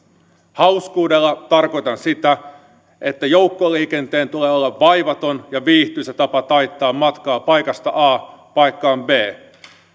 hauskuudella tarkoitan sitä että joukkoliikenteen tulee olla vaivaton ja viihtyisä tapa taittaa matkaa paikasta a paikkaan b